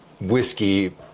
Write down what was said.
whiskey